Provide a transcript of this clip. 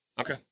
Okay